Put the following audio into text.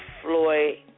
Floyd